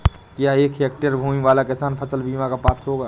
क्या एक हेक्टेयर भूमि वाला किसान फसल बीमा का पात्र होगा?